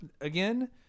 again